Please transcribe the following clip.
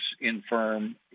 infirm